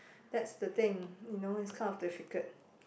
that's the thing you know it's kind of difficult